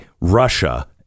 Russia